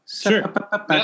Sure